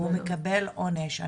והוא מקבל עונש.